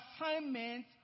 assignment